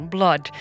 Blood